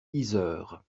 yzeure